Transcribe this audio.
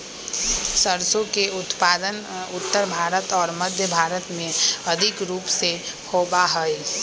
सरसों के उत्पादन उत्तर भारत और मध्य भारत में अधिक रूप से होबा हई